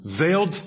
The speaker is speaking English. Veiled